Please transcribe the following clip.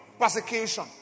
persecution